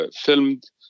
filmed